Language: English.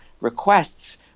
requests